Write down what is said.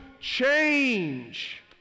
change